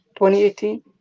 2018